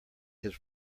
his